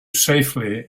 safely